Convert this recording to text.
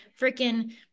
freaking